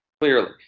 clearly